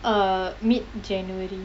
err mid january